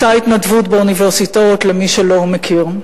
אותה התנדבות באוניברסיטאות, למי שלא מכיר.